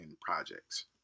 projects